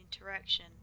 interaction